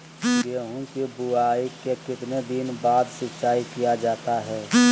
गेंहू की बोआई के कितने दिन बाद सिंचाई किया जाता है?